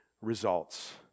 results